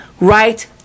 right